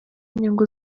inyungu